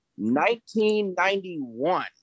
1991